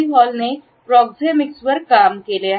हॉलने प्रॉक्सॅमिक्सवर काम केले होते